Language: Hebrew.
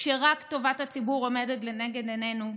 כשרק טובת הציבור עומדת לנגד עינינו,